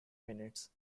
minutes